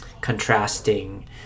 contrasting